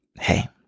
hey